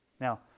Now